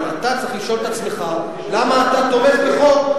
אבל אתה צריך לשאול את עצמך, למה אתה תומך בחוק,